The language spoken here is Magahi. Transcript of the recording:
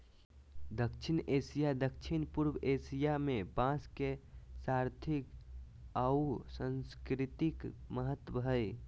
दक्षिण एशिया, दक्षिण पूर्व एशिया में बांस के आर्थिक आऊ सांस्कृतिक महत्व हइ